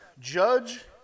judge